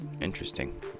interesting